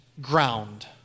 ground